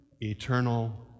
eternal